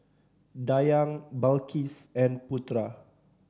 Dayang Balqis and Putera